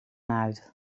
uit